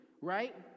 right